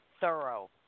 thorough